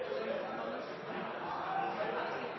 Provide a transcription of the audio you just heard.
også